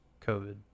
COVID